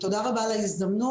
תודה רבה על ההזדמנות.